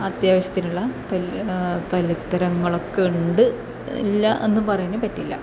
അത്യാവശ്യത്തിനുള്ള തല്ല് തല്ലിത്തരങ്ങളൊക്കെ ഉണ്ട് ഇല്ല എന്ന് പറയാനും പറ്റില്ല